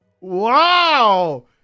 Wow